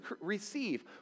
receive